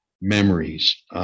memories